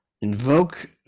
invoke